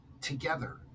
Together